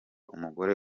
umugore